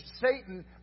Satan